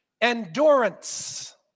endurance